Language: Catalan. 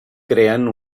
creen